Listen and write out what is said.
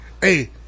Hey